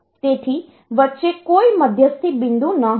તેથી વચ્ચે કોઈ મધ્યસ્થી બિંદુ ન હતા